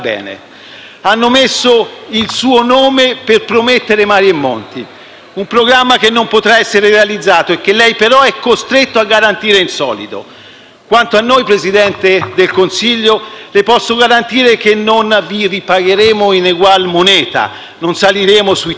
Hanno messo il suo nome per promettere mari e monti; un programma che non potrà essere realizzato e che lei però è costretto a garantire in solido. Quanto a noi, signor Presidente del Consiglio, le posso garantire che non vi ripagheremo in egual moneta: non saliremmo sui tetti,